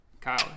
Kyle